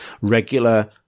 regular